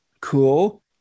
cool